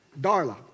Darla